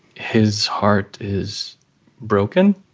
his heart is broken